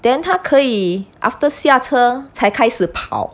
then 他可以 after 下车才开始跑